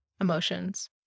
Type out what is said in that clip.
emotions